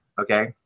Okay